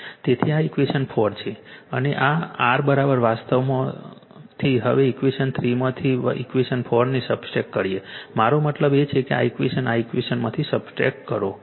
તેથી આ ઇક્વેશન 4 છે અને આ R વાસ્તવમાં હવે ઇક્વેશન ૩ માંથી ઇક્વેશન ૪ ને સબટ્રેક્ટ કરીએ મારો મતલબ છે કે આ ઇક્વેશન આ ઇક્વેશનમાંથી સબટ્રેક્ટ કરો